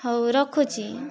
ହଉ ରଖୁଛି